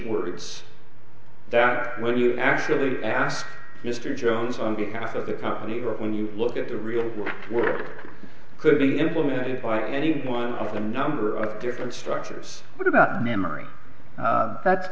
words that when you actually ask mr jones on behalf of the company or when you look at the real work could be implemented by any one of the number of different structures but about memory that's